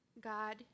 God